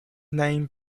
name